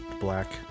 Black